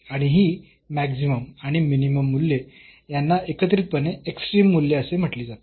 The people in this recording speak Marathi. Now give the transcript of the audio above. आणि ही मॅक्सिमम आणि मिनिमम मूल्ये यांना एकत्रितपणे एक्स्ट्रीम मूल्ये असे म्हटले जाते